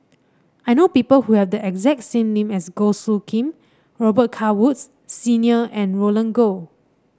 I know people who have the exact same name as Goh Soo Khim Robet Carr Woods Senior and Roland Goh